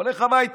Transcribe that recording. הולך הביתה.